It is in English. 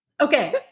Okay